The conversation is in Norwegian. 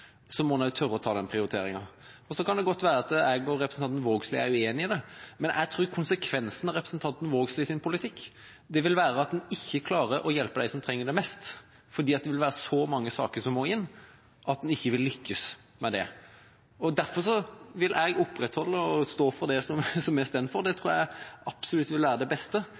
må en også tørre å ta den prioriteringa. Det kan godt være at representanten Vågslid og jeg er uenig i det, men jeg tror at konsekvensen av representanten Vågslids politikk vil være at en ikke klarer å hjelpe dem som trenger det mest – for det vil være så mange saker som må inn, at en ikke vil lykkes med det. Derfor vil jeg opprettholde og stå for det vi er for. Det tror jeg absolutt vil være det beste,